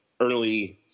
early